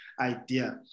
idea